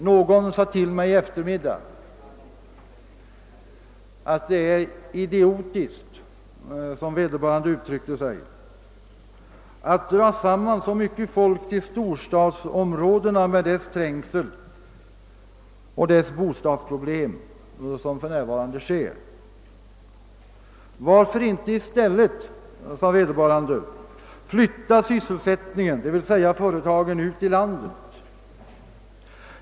Någon sade till mig i eftermiddag att det är idiotiskt — hon använde det ordet — att som för närvarande sker dra samman så mycket folk i storstadsområdena med deras trängsel och bostadsproblem. Varför inte i stället, frågade vederbörande, flytta sysselsättningen, d.v.s. företagen, ut till landsbygden?